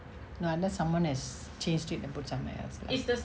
no unless someone has changed it and put somewhere else lah